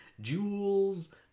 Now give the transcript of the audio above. jewels